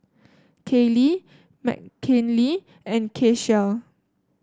Kaylie Mckinley and Keshia